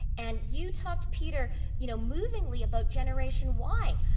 and you talked, peter you know movingly about generation y.